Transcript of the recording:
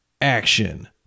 Action